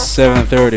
7.30